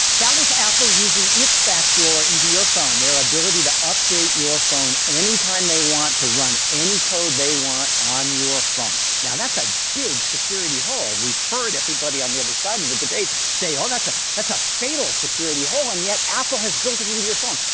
that was apple using its backdoor into your phone, their ability to update your phone any time they want to run any code they want on your phone. now that's a big security hole. we've heard everybody on the other side of the debate say oh that's ah that's a fatal security hole, and yet apple has built it into your phone.